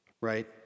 right